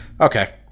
okay